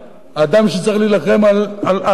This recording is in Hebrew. האדם שצריך להילחם על חזקת